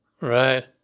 Right